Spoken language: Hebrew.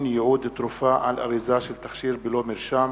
ייעוד תרופה על אריזה של תכשיר בלא מרשם),